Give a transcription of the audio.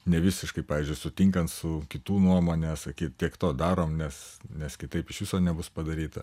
nevisiškai pavyzdžiui sutinkant su kitų nuomone sakyt tiek to darom nes nes kitaip iš viso nebus padaryta